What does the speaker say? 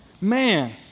Man